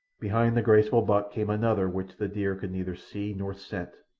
behind the graceful buck came another which the deer could neither see nor scent,